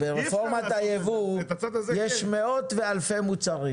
ברפורמת היבוא יש מאות ואלפי מוצרים